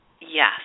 Yes